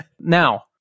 Now